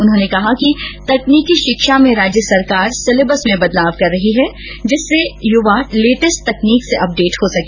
उन्होंने कहा कि तकनीकी शिक्षा में राज्य सरकार सिलेबस में बदलाव कर रही है जिससे जिससे युवा लेटेस्ट तकनीक से अपडेट हो सके